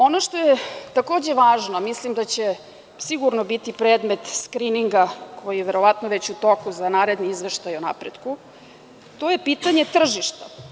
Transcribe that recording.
Ono što je takođe važno, mislim da će sigurno biti predmet skrininga koji je verovatno već u toku za naredni izveštaj o napretku, to je pitanje tržišta.